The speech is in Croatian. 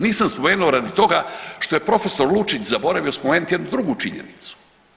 Nisam spomenuo radi toga što je prof. Lučić zaboravio spomenuti jednu drugu činjenicu.